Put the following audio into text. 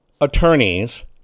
attorneys